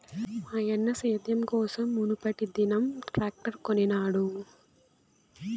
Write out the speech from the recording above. మాయన్న సేద్యం కోసం మునుపటిదినం ట్రాక్టర్ కొనినాడు